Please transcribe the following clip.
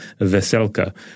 Veselka